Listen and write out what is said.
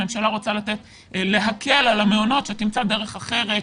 הממשלה רוצה להקל על המעונות, שתמצא דרך אחרת,